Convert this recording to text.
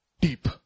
deep